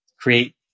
create